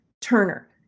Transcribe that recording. turner